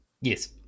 Yes